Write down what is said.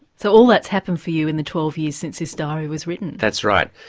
so all that's happened for you in the twelve years since this diary was written? that's right.